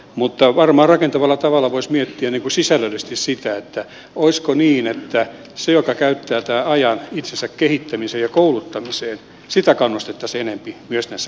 mutta varmaan rakentavalla tavalla voisi miettiä sisällöllisesti sitä olisiko niin että sitä joka käyttää tämän ajan itsensä kehittämiseen ja kouluttamiseen kannustettaisiin enempi myös näissä korvauksissa